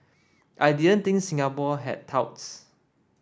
I didn't think Singapore had touts